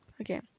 Okay